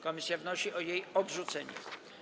Komisja wnosi o jej odrzucenie.